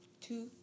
Two